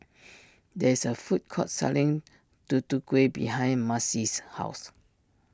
there is a food court selling Tutu Kueh behind Macey's house